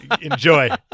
Enjoy